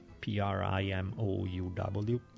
p-r-i-m-o-u-w